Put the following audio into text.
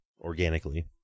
organically